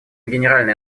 генеральной